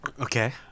Okay